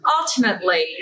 Ultimately